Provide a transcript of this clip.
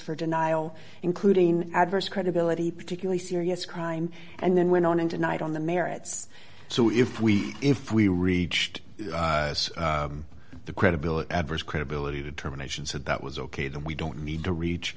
for denial including adverse credibility particularly serious crime and then went on and tonight on the merits so if we if we reached the credibility adverse credibility determinations and that was ok then we don't need to reach